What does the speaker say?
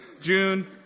June